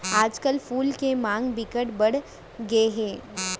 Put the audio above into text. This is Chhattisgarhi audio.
आजकल फूल के मांग बिकट बड़ गे हे